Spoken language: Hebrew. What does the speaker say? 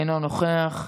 אינו נוכח,